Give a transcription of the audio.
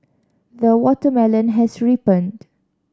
the watermelon has ripened